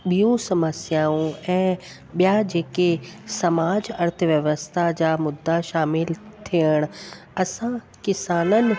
ॿियूं सम्स्याऊं ऐं ॿिया जेके समाज अर्थ व्यवस्था जा मुद्दा शामिलु थियणु असां किसाननि